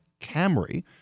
Camry